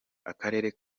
akarere